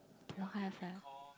don't have leh